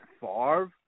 Favre